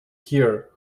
here